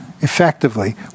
effectively